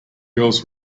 girls